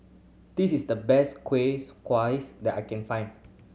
this is the best that I can find